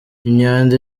imyanda